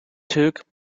took